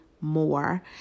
more